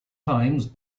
times